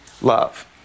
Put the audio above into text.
love